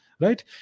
right